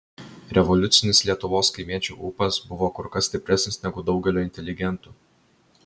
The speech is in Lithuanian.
revoliucinis lietuvos kaimiečių ūpas buvo kur kas stipresnis negu daugelio inteligentų